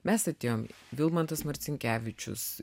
mes atėjom vilmantas marcinkevičius